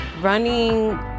Running